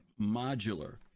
modular